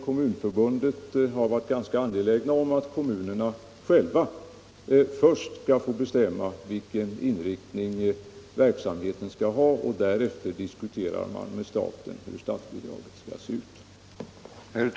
Kommunförbundet har ju varit ganska angeläget om att kommunerna själva först skall få bestämma vilken inriktning verksamheten skall ha. Därefter diskuterar man med staten hur statsbidraget skall se ut.